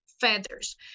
feathers